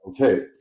Okay